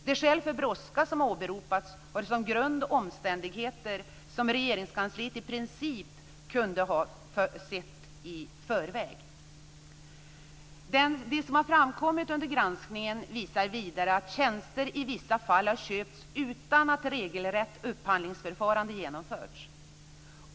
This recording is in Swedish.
De skäl för brådska som åberopats har som grund omständigheter som Regeringskansliet i princip kunde ha förfogat över i förväg. Det som har framkommit under granskningen visar vidare att tjänster i vissa fall har köpts utan att ett regelrätt upphandlingsförfarande genomförts.